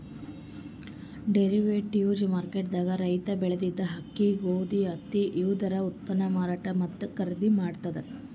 derivatives market ದಾಗ್ ರೈತರ್ ಬೆಳೆದಿದ್ದ ಅಕ್ಕಿ ಗೋಧಿ ಹತ್ತಿ ಇವುದರ ಉತ್ಪನ್ನ್ ಮಾರಾಟ್ ಮತ್ತ್ ಖರೀದಿ ಮಾಡ್ತದ್